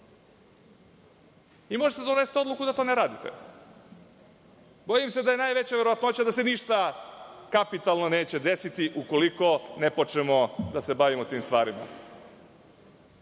Možete da donesete odluku da to ne radite. Bojim se da je najveća verovatnoća da se ništa kapitalno neće desiti ukoliko ne počnemo da se bavimo tim stvarima.